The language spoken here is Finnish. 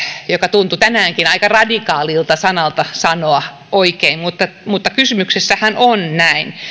tuntui tänäänkin aika radikaalilta sanalta sanoa oikein mutta mutta kysymyshän on näin